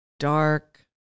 Dark